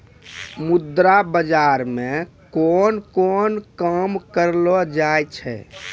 मुद्रा बाजार मे कोन कोन काम करलो जाय छै